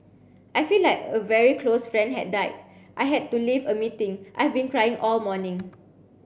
I feel like a very close friend had died I had to leave a meeting I've been crying all morning